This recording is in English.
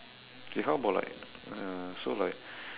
it's not about like uh so like